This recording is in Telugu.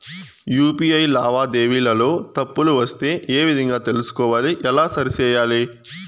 యు.పి.ఐ లావాదేవీలలో తప్పులు వస్తే ఏ విధంగా తెలుసుకోవాలి? ఎలా సరిసేయాలి?